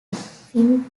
film